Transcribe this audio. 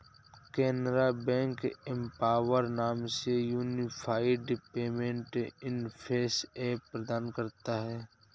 Canara bank empower नाम से unified payment interface app प्रदान करता हैं